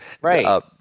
Right